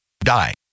die